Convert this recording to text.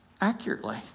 accurately